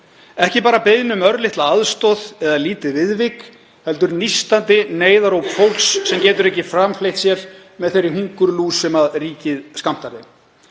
ekki bara beiðni um örlitla aðstoð eða lítið viðvik heldur nístandi neyðaróp fólks sem getur ekki framfleytt sér með þeirri hungurlús sem ríkið skammtar